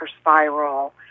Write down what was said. spiral